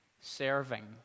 serving